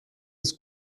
des